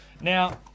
Now